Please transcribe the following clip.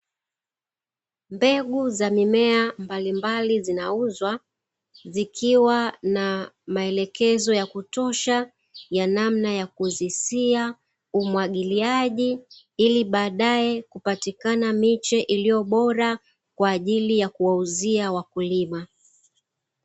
Mbegu za mimea mbalimbali zinauzwa, zikiwa na maelekezo yakutosha ya namna ya kuzisia, umwagiliaji ili baadae kupatikana miche iliyo bora kwa ajili ya kuwauzia wakulima.